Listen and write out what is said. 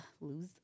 Lose